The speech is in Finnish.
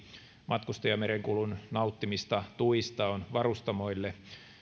matkustajamerenkulun nauttimista tuista on varustamoille